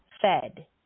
fed